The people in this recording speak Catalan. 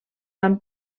fan